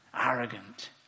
Arrogant